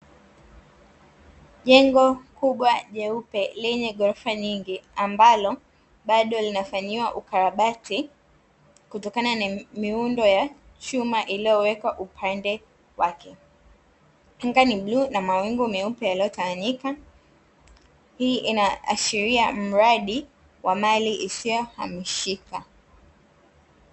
Jengo kubwa jeupe lenye ghorofa nyingi ambalo bado linafanyiwa ukarabati kutokana na miundo ya chuma iliyowekwa upande wake; anga ni bluu na mawingu meupe yaliyotawanyika. Hii inaashiria mradi wa mali isiyohamishika.